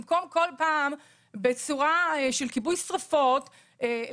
במקום לפעול בצורה של כיבוי שריפות בכל פעם,